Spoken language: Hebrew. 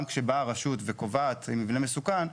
גם כשהרשות באה וקובעת שהמבנה מסוכן,